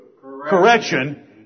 correction